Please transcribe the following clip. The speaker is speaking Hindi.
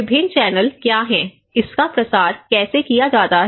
विभिन्न चैनल क्या हैं इसका प्रसार कैसे किया जाता है